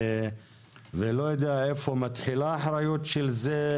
ואני לא יודע איפה מתחילה אחריות של זה,